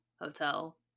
hotel